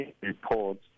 reports